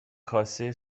کاسه